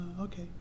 okay